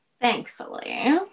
Thankfully